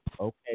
Okay